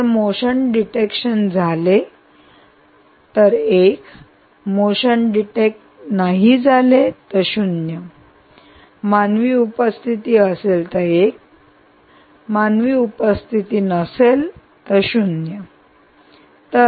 जर motion detect झाले तर 1 आणि मोशन डिटेक्ट नाही झाले तर 0 मानवी उपस्थिती असेल तर 1 आणि मानवी अस्तित्व नसेल तर 0